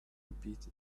repeated